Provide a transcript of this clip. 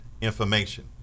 information